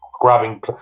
grabbing